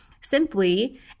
simply